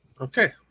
Okay